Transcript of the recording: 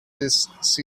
this